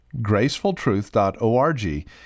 GracefulTruth.org